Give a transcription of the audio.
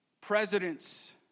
Presidents